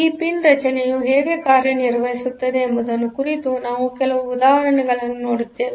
ಈ ಪಿನ್ ರಚನೆಯು ಹೇಗೆ ಕಾರ್ಯನಿರ್ವಹಿಸುತ್ತದೆ ಎಂಬುದರ ಕುರಿತು ನಾವು ಕೆಲವು ಉದಾಹರಣೆಗಳನ್ನು ನೋಡುತ್ತೇವೆ